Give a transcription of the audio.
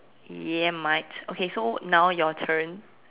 ya mate okay so now your turn